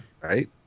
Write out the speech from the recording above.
right